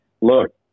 Look